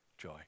joy